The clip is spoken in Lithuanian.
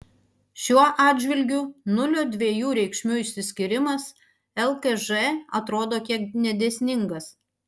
šiuo atžvilgiu nulio dviejų reikšmių išskyrimas lkž atrodo kiek nedėsningas